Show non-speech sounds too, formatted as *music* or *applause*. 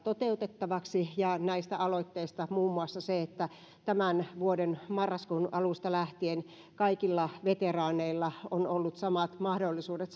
toteutettaviksi ja näistä aloitteista muun muassa se että tämän vuoden marraskuun alusta lähtien kaikilla veteraaneilla on ollut samat mahdollisuudet *unintelligible*